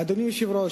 אדוני היושב-ראש,